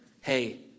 Hey